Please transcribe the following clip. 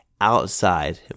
outside